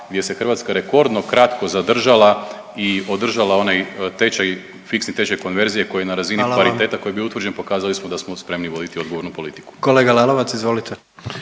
gdje se Hrvatska rekordno kratko zadržala i održala onaj tečaj, fiksni tečaj konverzije koji je na razini pariteta …/Upadica: Hvala vam/… koji je bio utvrđen, pokazali smo da smo spremni voditi odgovornu politiku. **Jandroković, Gordan